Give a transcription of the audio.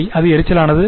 சரி அது எரிச்சலானது